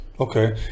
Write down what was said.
Okay